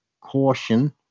Caution